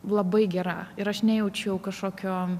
labai gera ir aš nejaučiau kažkokio